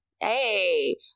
hey